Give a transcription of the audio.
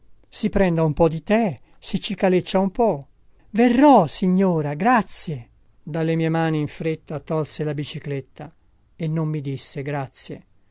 si prende un po di the si cicaleccia un po verrò signora grazie dalle mie mani in fretta tolse la bicicletta e non mi disse grazie